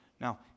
Now